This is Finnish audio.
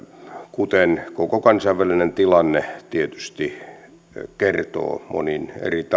kuten koko kansainvälinen tilanne tietysti kertoo monin eri tavoin